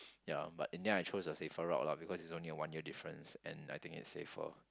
ya but in the end I chose a safer route lah because it's only a one year difference and I think it's safer